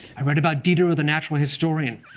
i read about diderot the natural historian,